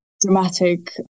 dramatic